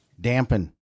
dampen